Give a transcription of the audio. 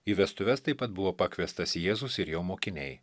į vestuves taip pat buvo pakviestas jėzus ir jo mokiniai